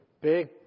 big